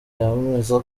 yemeza